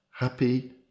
happy